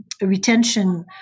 retention